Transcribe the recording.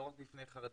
לא רק בפני חרדים,